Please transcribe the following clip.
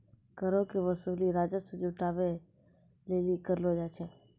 करो के वसूली राजस्व जुटाबै लेली करलो जाय छै